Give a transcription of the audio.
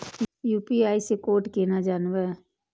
UPI से code केना जानवै?